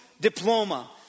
diploma